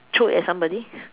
throw at somebody